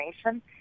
information